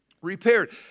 Repaired